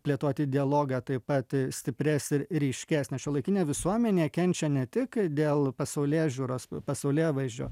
plėtoti dialogą taip pat stiprės ir ryškės nes šiuolaikinė visuomenė kenčia ne tik dėl pasaulėžiūros pasaulėvaizdžio